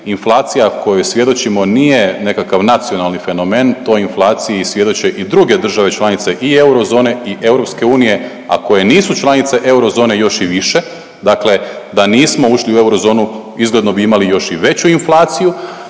inflacija kojoj svjedočimo nije nekakav nacionalni fenomen, toj inflaciji svjedoče i druge države članice i eurozove i EU, a koje nisu članice eurozone još i više, dakle da nismo ušli u eurozonu, izgledno bi imali još i veću inflaciju